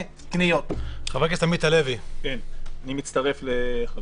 מקדם ההדבקה עולה, נכנסו לגל